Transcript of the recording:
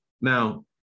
Now